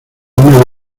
una